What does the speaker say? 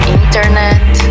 internet